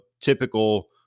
typical